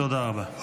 תודה רבה.